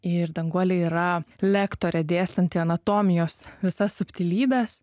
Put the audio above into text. ir danguolė yra lektorė dėstanti anatomijos visas subtilybes